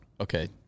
okay